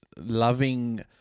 loving